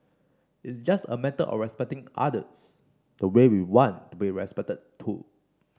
it's just a matter of respecting others the way we want to be respected too